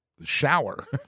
shower